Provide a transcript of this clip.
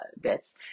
bits